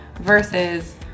versus